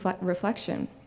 reflection